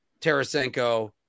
Tarasenko